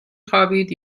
خوابید